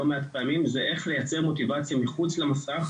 מעט פעמים וזה איך לייצר מוטיבציה מחוץ למסך,